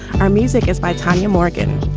our music is by tanya morgan.